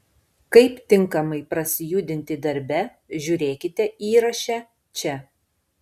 kaip tinkamai prasijudinti darbe žiūrėkite įraše čia